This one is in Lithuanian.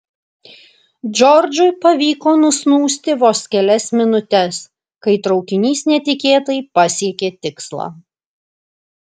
džordžui pavyko nusnūsti vos kelias minutes kai traukinys netikėtai pasiekė tikslą